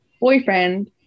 boyfriend